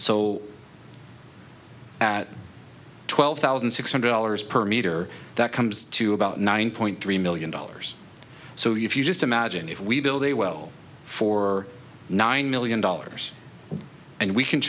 so at twelve thousand six hundred dollars per meter that comes to about nine point three million dollars so if you just imagine if we build a well for nine million dollars and we can